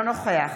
אינו נוכח